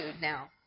now